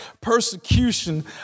persecution